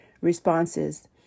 responses